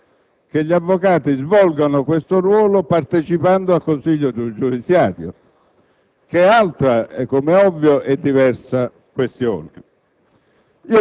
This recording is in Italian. Guardando adesso alla questione dell'articolo 4, penso che non sia in alcun modo possibile avere dei dubbi